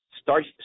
Start